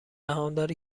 سهامداری